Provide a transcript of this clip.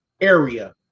area